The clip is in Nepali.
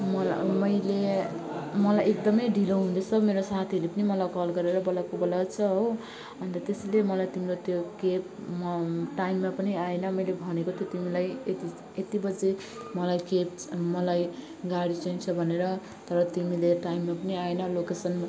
मलाई मैले मलाई एकदम ढिलो हुँदैछ मेरो साथीहरूले पनि मलाई कल गरेर बोलाएको बोलाएकै छ हो अन्त त्यसैले मलाई तिम्रो त्यो क्याब म टाइममा पनि आएन मैले भनेको थियो तिमीलाई यति यति बजे मलाई क्याब मलाई गाडी चाहिन्छ भनेर तर तिमीले टाइममा पनि आएन लोकेसन पनि